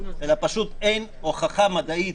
אלא פשוט אין הוכחה מדעית,